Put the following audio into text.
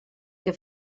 que